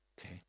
Okay